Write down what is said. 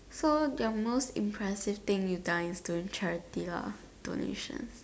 so your most impressive thing you've done is doing charity lah donation